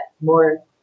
more